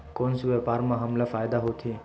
कोन से व्यापार म हमला फ़ायदा होथे?